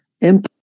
impact